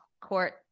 court